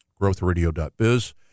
GrowthRadio.biz